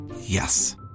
Yes